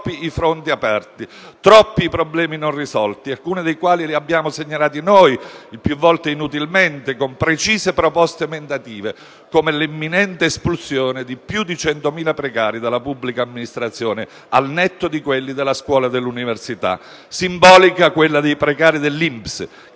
troppi i fronti aperti e troppi i problemi non risolti, alcuni dei quali li abbiamo segnalati noi, più volte inutilmente, con precise proposte emendative, come l'imminente espulsione di più di 100.000 precari dalla pubblica amministrazione, al netto di quella della scuola e dell'università. Simbolico è il caso dei precari dell'INPS